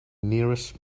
nearest